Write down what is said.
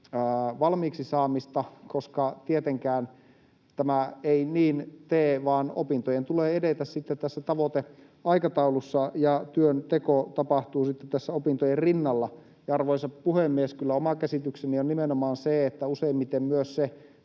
valmiiksi saamista, koska tietenkään tämä ei niin tee, vaan opintojen tulee edetä sitten tässä tavoiteaikataulussa ja työnteko tapahtuu opintojen rinnalla. Arvoisa puhemies! Kyllä oma käsitykseni on nimenomaan se, että useimmiten myös se